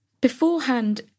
beforehand